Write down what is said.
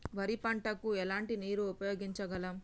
వరి పంట కు ఎలాంటి నీరు ఉపయోగించగలం?